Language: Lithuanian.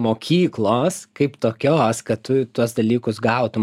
mokyklos kaip tokios kad tu tuos dalykus gautum